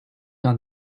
down